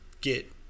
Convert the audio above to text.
get